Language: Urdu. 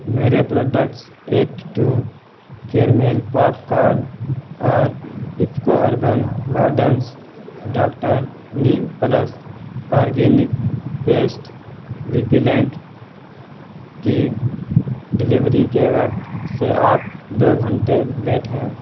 میرے products act two caramel popcorn اور IFFCO urban gardens doctor neem plus organic pest repellent کی ڈلیوری کے وقت سے آپ دو گھنٹے لیٹ ہیں